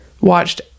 watched